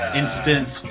instance